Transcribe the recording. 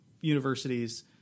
universities